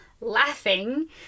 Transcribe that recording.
laughing